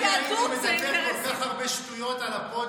אם אני הייתי מדבר כל כך הרבה שטויות על הפודיום,